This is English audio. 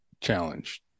challenge